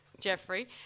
Jeffrey